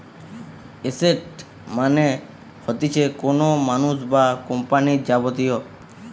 asset মানে হতিছে কোনো মানুষ বা কোম্পানির যাবতীয়